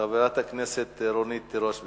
חברת הכנסת רונית תירוש.